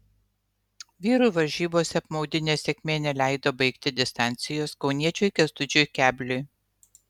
vyrų varžybose apmaudi nesėkmė neleido baigti distancijos kauniečiui kęstučiui kebliui